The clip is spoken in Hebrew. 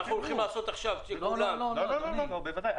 בוודאי.